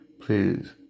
please